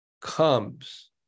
comes